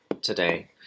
today